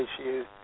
issues